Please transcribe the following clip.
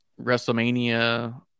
WrestleMania